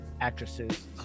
actresses